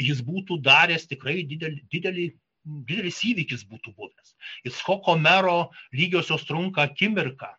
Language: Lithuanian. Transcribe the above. jis būtų daręs tikrai didelį didelį didelis įvykis būtų buvęs icchoko mero lygiosios trunka akimirką